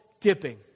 dipping